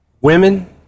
women